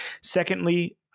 Secondly